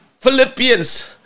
Philippians